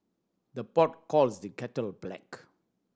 the pot calls the kettle black